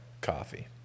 coffee